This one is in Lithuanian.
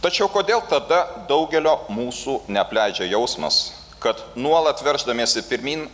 tačiau kodėl tada daugelio mūsų neapleidžia jausmas kad nuolat verždamiesi pirmyn